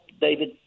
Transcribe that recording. David